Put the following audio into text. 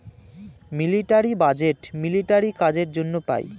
military budget military কাজের জন্য পাই